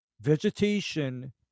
vegetation